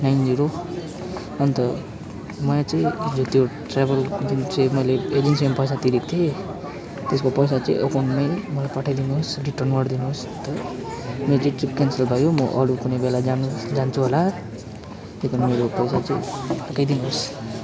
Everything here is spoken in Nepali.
नाइन जिरो अन्त मलाई चाहिँ त्यो ट्र्याभल जुन चाहिँ मैले एजेन्सीमा पैसा तिरेको थिए त्यसको पैसा चाहिँ अकाउन्टमै मलाई पठाइदिनुहोस् रिटर्न गरिदिनुहोस् अन्त मेरो चाहिँ ट्रिप क्यान्सल भयो म अरू कुनै बेला जान जान्छु होला त्यो त मेरो पैसा चाहि फर्काइदिनोस्